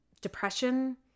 depression